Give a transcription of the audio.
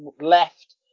left